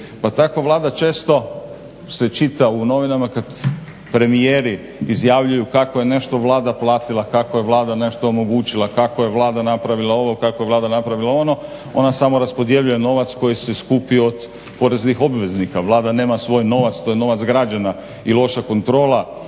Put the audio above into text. tako Vlada često se čita u novinama kad premijeri izjavljuju kako je nešto Vlada platila, kako je Vlada nešto omogućila, kako je Vlada napravila ovo, kako je Vlada napravila ono. Ona samo raspodjeljuje novac koji se skupio od poreznih obveznika. Vlada nema svoj novac, to je novac građana i loša kontrola